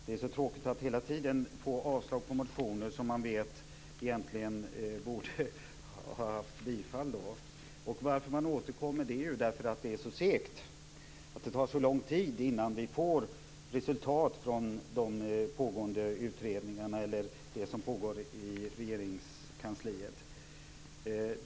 Det är så tråkigt att hela tiden få avslag på motioner som man vet egentligen borde ha bifallits. Varför man återkommer är därför att det är så segt. Det tar för lång tid innan vi får se resultat från de pågående utredningarna eller från det som pågår i Regeringskansliet.